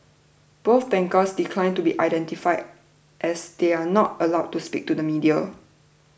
both bankers declined to be identified as they are not allowed to speak to the media